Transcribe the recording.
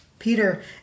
Peter